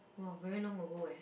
!wah! very long ago eh